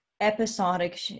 episodic